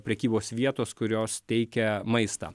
prekybos vietos kurios teikia maistą